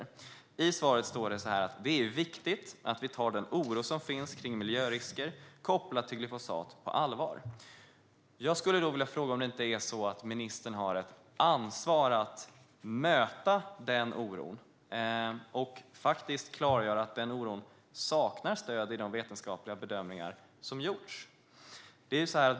I det skriftliga svaret på interpellationen står det: "Det är viktigt att vi tar den oro som finns kring miljörisker kopplat till glyfosat på allvar." Jag skulle vilja fråga om det inte är så att ministern har ett ansvar att möta den oron och faktiskt klargöra att den saknar stöd i de vetenskapliga bedömningar som gjorts.